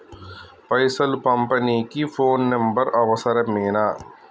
పైసలు పంపనీకి phone number అవసరమేనా?